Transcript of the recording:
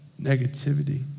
negativity